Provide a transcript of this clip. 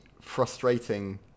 frustrating